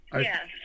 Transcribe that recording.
Yes